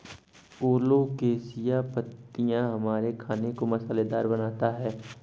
colocasia पत्तियां हमारे खाने को मसालेदार बनाता है